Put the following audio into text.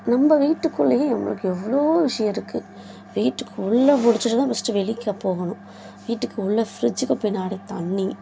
நம்ம வீட்டுக்குள்ளேயே நம்மளுக்கு எவ்வளோ விஷயம் இருக்குது வீட்டுக்கு உள்ளே முடித்துட்டுதான் ஃபஸ்ட்டு வெளிக்கே போகணும் வீட்டுக்கு உள்ளே ஃப்ரிஜுக்கு பின்னாடி தண்ணி